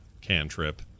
cantrip